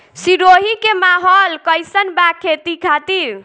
सिरोही के माहौल कईसन बा खेती खातिर?